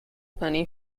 penny